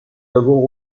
n’avons